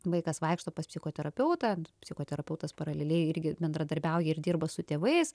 vaikas vaikšto pas psichoterapeutą psichoterapeutas paraleliai irgi bendradarbiauja ir dirba su tėvais